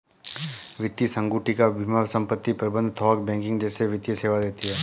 वित्तीय संगुटिका बीमा संपत्ति प्रबंध थोक बैंकिंग जैसे वित्तीय सेवा देती हैं